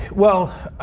well,